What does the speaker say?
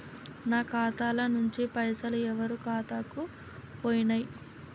నా ఖాతా ల నుంచి పైసలు ఎవరు ఖాతాలకు పోయినయ్?